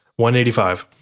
$185